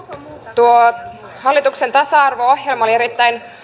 tuo hallituksen tasa arvo ohjelma oli erittäin